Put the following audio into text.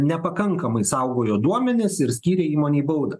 nepakankamai saugojo duomenis ir skyrė įmonei baudą